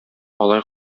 алай